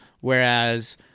whereas